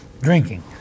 drinking